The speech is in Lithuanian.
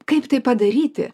kaip tai padaryti